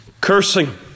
cursing